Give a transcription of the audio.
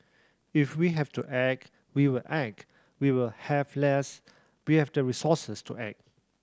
if we have to act we will act we will have less we have the resources to act